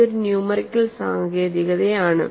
ഇത് ഒരു ന്യൂമെറിക്കൽ സാങ്കേതികതയാണ്